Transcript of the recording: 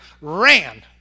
ran